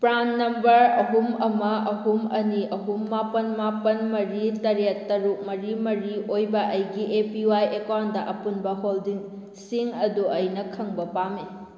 PRAN number ꯑꯍꯨꯝ ꯑꯃ ꯑꯍꯨꯝ ꯑꯅꯤ ꯑꯍꯨꯝ ꯃꯥꯄꯜ ꯃꯥꯄꯜ ꯃꯔꯤ ꯇꯔꯦꯠ ꯇꯔꯨꯛ ꯃꯔꯤ ꯃꯔꯤ ꯑꯣꯏꯕ ꯑꯩꯒꯤ ꯑꯦ ꯄꯤ ꯋꯥꯏ ꯑꯦꯀꯥꯎꯟꯗ ꯑꯄꯨꯟꯕ ꯍꯣꯜꯗꯤꯡꯁꯤꯡ ꯑꯗꯨ ꯑꯩꯅ ꯈꯪꯕ ꯄꯥꯝꯏ